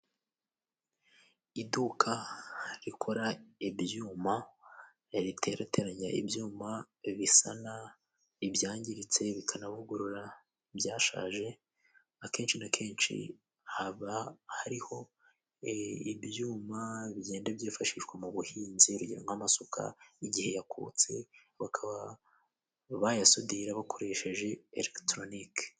Iduka rikora ibyuma riterateranya ibyuma, bisana ibyangiritse bikanavugurura ibyashaje, akenshi na kenshi haba hariho ibyuma bigenda byifashishwa mu buhinzi birimwo amasuka igihe yakutse, baka bayasudira bakoresheje elegitoronike.